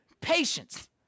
patience